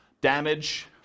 damage